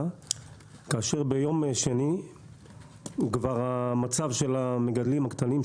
כאשר ביום שני כבר המצב של המגדלים הקטנים,